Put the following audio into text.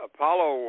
Apollo